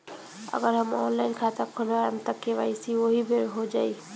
अगर हम ऑनलाइन खाता खोलबायेम त के.वाइ.सी ओहि बेर हो जाई